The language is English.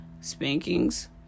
spankings